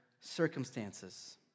circumstances